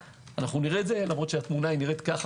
נראה את זה למרות שהתמונה נראית ככה.